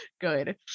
Good